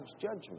judgment